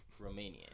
Romanian